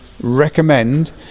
recommend